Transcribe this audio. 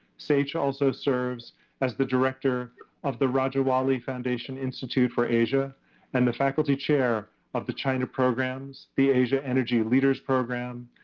saich also serves as the director of the rajawali foundation institute for asia and the faculty chair of the china programs, the asia energy leaders program,